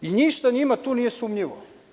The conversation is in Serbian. Ništa njima tu nije sumnjivo.